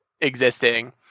existing